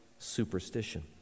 Superstition